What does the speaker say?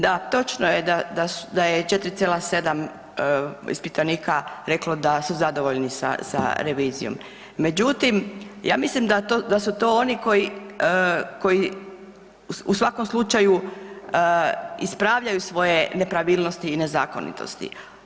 Da, točno je da je 4,7 ispitanika reklo da su zadovoljni sa revizijom, međutim ja mislim da su to oni koji u svakom slučaju ispravljaju svoje nepravilnosti i nezakonitosti.